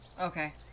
Okay